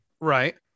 Right